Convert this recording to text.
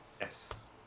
Yes